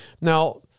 Now